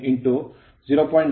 09 0